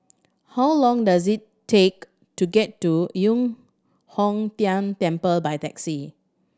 how long does it take to get to Yu Hong Tian Temple by taxi